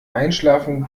einschlafen